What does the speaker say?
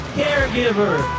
caregiver